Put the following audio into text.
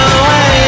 away